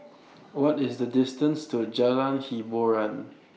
What IS The distance to Jalan Hiboran